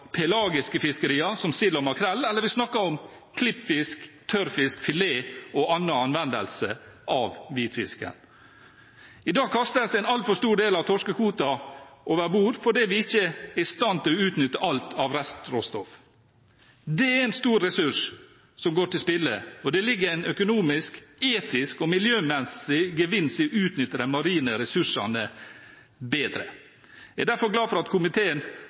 pelagiske fiskerier som sild og makrell, eller om vi snakker om klippfisk, tørrfisk, filet og annen anvendelse av hvitfisken. I dag kastes en altfor stor del av torskekvoten over bord fordi vi ikke er i stand til å utnytte alt av restråstoff. Det er en stor ressurs som går til spille, og det ligger en økonomisk, etisk og miljømessig gevinst i å utnytte de marine ressursene bedre. Jeg er derfor glad for at komiteen